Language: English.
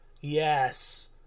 Yes